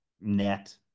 net